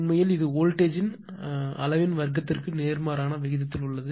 உண்மையில் இது வோல்டேஜ் ன் அளவின் வர்க்கத்திற்கு நேர்மாறான விகிதத்தில் உள்ளது